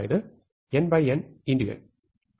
അതായത് nn n